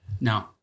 No